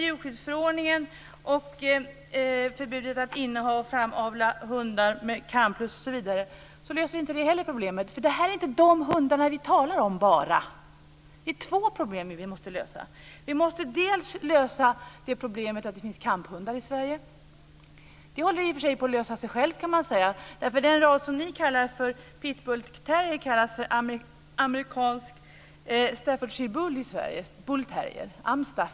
Djurskyddsförordningen och förbudet att inneha och framavla hundar med kamplust osv. löser inte heller problemet. Det är inte enbart de hundarna vi talar om. Det är två problem vi måste lösa. Vi måste lösa problemet att det finns kamphundar i Sverige. Det håller i och för sig på att lösa sig självt, kan man säga, för den ras som ni kallar för pitbullterrier heter amerikansk staffordshire bull i Sverige, bullterrier. Förkortat amstaff.